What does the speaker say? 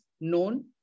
known